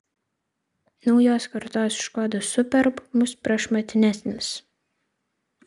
naujos kartos škoda superb bus prašmatnesnis